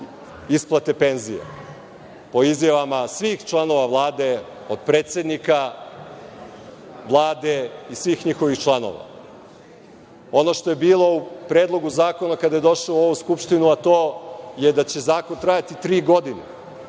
isplate penzija, po izjavama svih članova Vlade, od predsednika Vlade i svih njihovih članova. Ono što je bilo u Predlogu zakona kada je došao u ovu Skupštinu, a to je da će zakon trajati tri godine